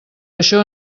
això